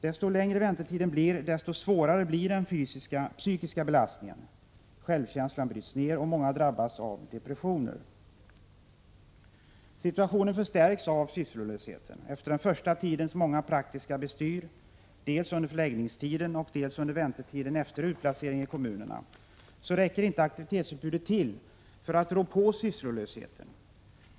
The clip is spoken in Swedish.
Ju längre väntetiden blir, desto svårare blir den psykiska belastningen. Självkänslan bryts ned och många drabbas av depressioner. Situationen förstärks av sysslolösheten. Efter den första tidens praktiska bestyr, dels under förläggningstiden, dels under väntetiden efter utplacering i kommunerna, räcker inte aktivitetsutbudet till för att rå på sysslolösheten.